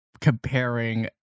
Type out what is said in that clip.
comparing